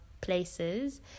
places